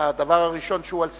הדבר הראשון שהוא על סדר-היום,